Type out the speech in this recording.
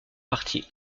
partie